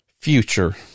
future